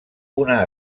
una